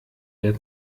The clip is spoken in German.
der